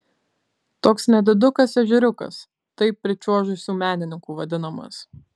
toks nedidukas ežeriukas taip pričiuožusių menininkų vadinamas